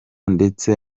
ndetse